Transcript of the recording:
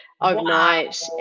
overnight